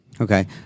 Okay